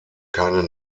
keine